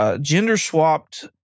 Gender-swapped